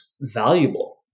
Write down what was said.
valuable